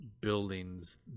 buildings